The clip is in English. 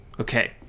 okay